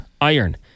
iron